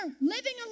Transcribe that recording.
living